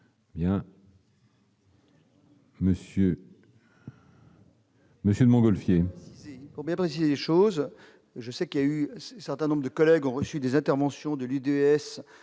Monsieur. Monsieur de Montgolfier. Pour bien préciser les choses, je sais qu'il y a eu un certain nombre de collègues ont reçu des interventions de l'UDS